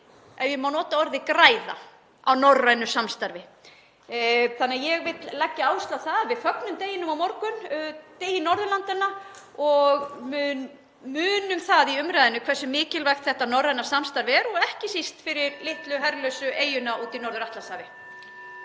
ef ég má nota það orð, á norrænu samstarfi. Þannig að ég vil leggja áherslu á það að við fögnum deginum á morgun, degi Norðurlandanna, og munum það í umræðunni hversu mikilvægt þetta norræna samstarf er og ekki síst fyrir litlu herlausu eyjuna úti í Norður-Atlantshafi.